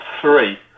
three